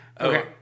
Okay